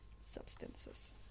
Substances